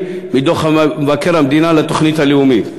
מדוח המבקר המדינה על התוכנית הלאומית.